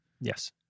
Yes